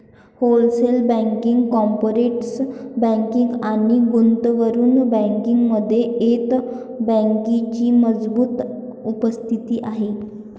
wholesale banking, corporate banking आणि गुंतवणूक बँकिंगमध्ये येस बँकेची मजबूत उपस्थिती आहे